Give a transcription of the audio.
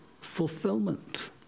fulfillment